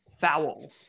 foul